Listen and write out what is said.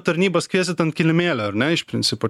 tarnybas kviesit ant kilimėlio ar ne iš principo